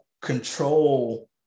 control